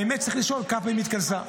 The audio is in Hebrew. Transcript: האמת, צריך לשאול כמה פעמים היא התכנסה.